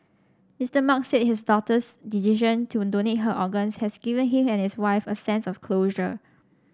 Mister Mark said his daughter's decision to donate her organs has given him and his wife a sense of closure